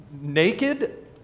naked